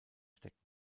stecken